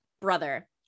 brother